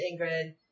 Ingrid